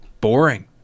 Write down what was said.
Boring